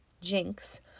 jinx